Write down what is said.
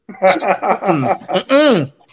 Mm-mm